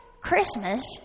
Christmas